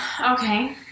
Okay